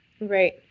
Right